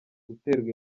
guterwa